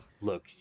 Look